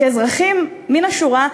כאזרחים מן השורה,